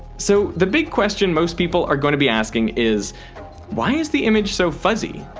so the big question most people are going be asking is why is the image so fuzzy?